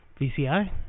VCI